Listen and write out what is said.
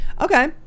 Okay